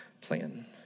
plan